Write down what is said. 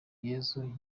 yezu